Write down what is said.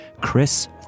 Chris